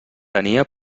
tenia